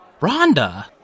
Rhonda